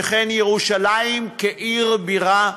שכן ירושלים, עיר הבירה,